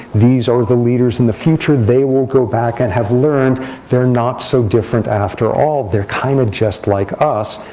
these are the leaders in the future. they will go back and have learned they're not so different after all. they're kind of just like us.